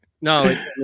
No